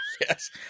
yes